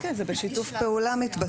זה מתבצע בשיתוף פעולה.